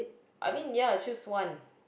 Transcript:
I mean ya choose one